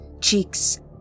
cheeks